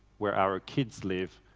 where our kids live,